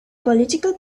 political